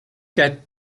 get